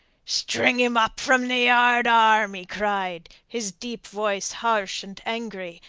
string him up from the yardarm, he cried, his deep voice harsh and angry,